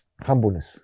humbleness